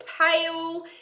pale